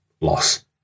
loss